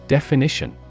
Definition